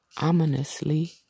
ominously